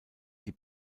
die